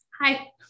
Hi